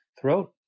throat